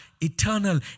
eternal